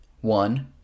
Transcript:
One